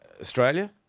Australia